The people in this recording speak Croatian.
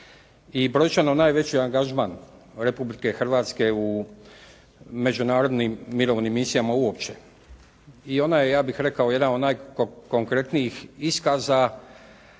i brojčani najveći angažman Republike Hrvatske u međunarodnim mirovnim misijama uopće. I ona je ja bih rekao jedan od najkonkretnijih iskaza